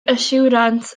yswiriant